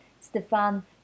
Stefan